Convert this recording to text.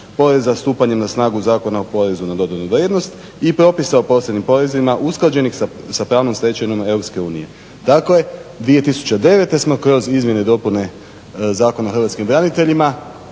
poreza stupanjem na snagu Zakona o porezu na dodanu vrijednost i propisa o posebnim porezima usklađenih sa pravnom stečevinom EU. Dakle, 2009. smo kroz izmjene i dopune Zakona o hrvatskim braniteljima